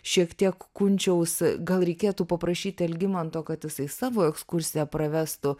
šiek tiek kunčiaus gal reikėtų paprašyti algimanto kad jisai savo ekskursiją pravestų